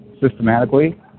systematically